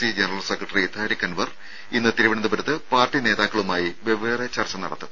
C general secretary Tariq Anwar ഇന്ന് തിരുവനന്തപുരത്ത് party നേതാക്കളുമായി വെവ്വേറെ ചർച്ച നടത്തും